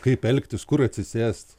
kaip elgtis kur atsisėst